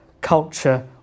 culture